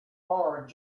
hard